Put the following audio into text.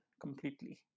completely